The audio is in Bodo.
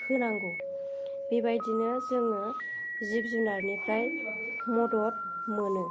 होनांगौ बेबायदिनो जोङो जिब जुनारनिफ्राय मदद मोनो